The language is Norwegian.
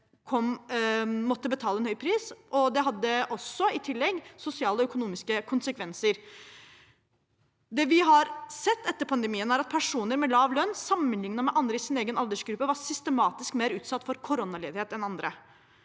måtte betale en høy pris. Det hadde i tillegg sosiale og økonomiske konsekvenser. Det vi har sett etter pandemien, er at personer med lav lønn sammenlignet med andre i sin egen aldersgruppe systematisk var mer utsatt for koronaledighet enn andre.